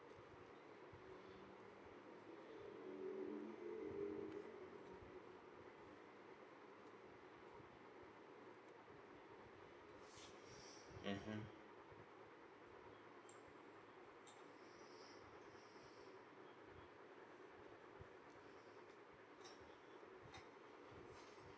mmhmm